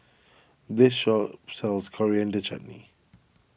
this shop sells Coriander Chutney